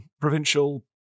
provincial